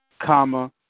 comma